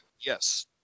Yes